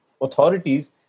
authorities